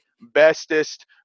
bestest